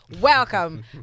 Welcome